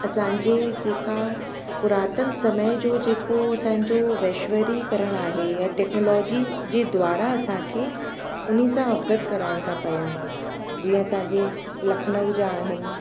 असांजे जेका पुरातल समय जो जेको असांजो वैश्वरीकरण आहे या टैक्नोलॉजी जे द्वारा असांखे उन सां अवगत कराइनि था पिया जीअं असांजे लखनऊ जा आहिनि